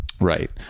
Right